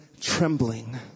trembling